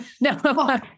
No